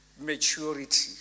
maturity